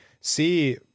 see